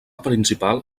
principal